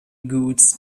goods